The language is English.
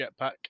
Jetpack